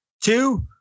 Two